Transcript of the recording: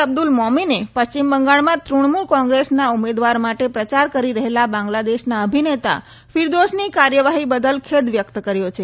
અબ્દુલ મોમિને પશ્ચિમ બંગાળમાં તૃણમૂલ કોંગ્રેસના ઉમેદવાર માટે પ્રચાર કરી રહેલા બાંગ્લાદેશના અભિનેતા ફિરદોશની કાર્યવાહી બદલ ખેદ વ્યક્ત કર્યો છે